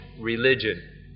religion